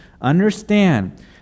understand